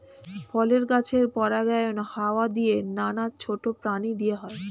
ফলের গাছের পরাগায়ন হাওয়া দিয়ে, নানা ছোট প্রাণী দিয়ে হয়